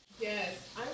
Yes